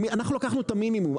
אנחנו לקחנו את המינימום,